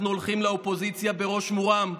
אנחנו הולכים לאופוזיציה בראש מורם,